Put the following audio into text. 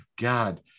God